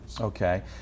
Okay